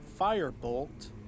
Firebolt